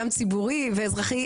גם ציבורי ואזרחי,